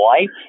life